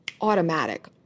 automatic